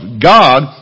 God